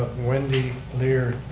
wendy leard,